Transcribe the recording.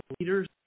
leaders